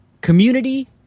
community